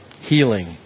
healing